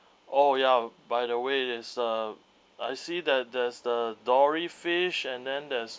oh ya by the way is uh I see that there's the dory fish and then there's